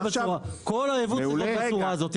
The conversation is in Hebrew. כל הייבוא צריך להיות בצורה הזו,